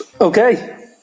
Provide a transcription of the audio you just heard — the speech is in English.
Okay